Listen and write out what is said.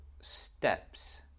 steps